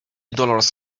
dollars